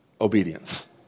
obedience